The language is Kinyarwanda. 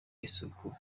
isuku